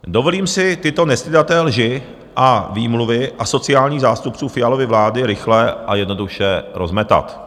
Dovolím si tyto nestydaté lži a výmluvy asociálních zástupců Fialovy vlády rychlé a jednoduše rozmetat.